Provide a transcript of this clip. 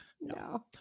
No